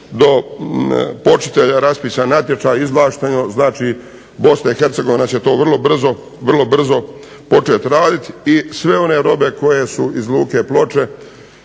razumije./… raspisan natječaj, izvlašteno. Znači BiH će to vrlo brzo početi raditi. I sve one robe koje su iz luke Ploče